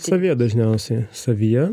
savyje dažniausiai savyje